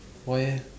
why eh